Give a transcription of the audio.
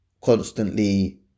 constantly